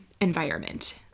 environment